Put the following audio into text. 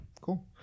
cool